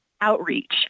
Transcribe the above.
outreach